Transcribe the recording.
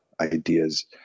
ideas